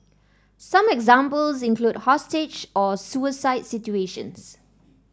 some examples include hostage or suicide situations